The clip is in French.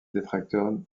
détracteurs